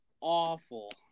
awful